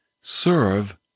serve